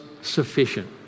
sufficient